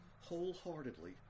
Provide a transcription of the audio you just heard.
wholeheartedly